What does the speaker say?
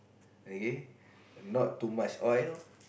okay not too much oil